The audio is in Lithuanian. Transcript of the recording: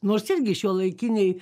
nors irgi šiuolaikiniai